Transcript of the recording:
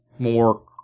more